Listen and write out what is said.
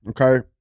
okay